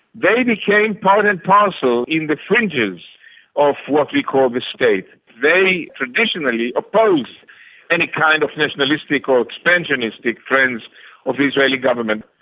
they became part and parcel in the fringes of what we call the state. they traditionally opposed any kind of nationalistic or expansionistic trends of the israeli government.